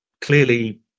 clearly